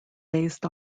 based